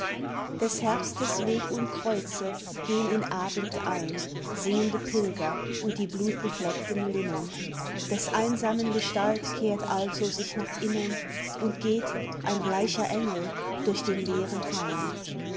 des herbstes weg und kreuze gehn in abend ein singende pilger und die blutbefleckten linnen des einsamen gestalt kehrt also sich nach innen und geht ein bleicher engel durch den leeren hain